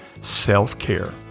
self-care